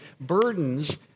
burdens